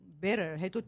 better